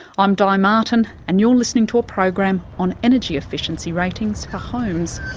i'm di martin, and you're listening to a program on energy efficiency ratings for homes.